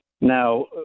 Now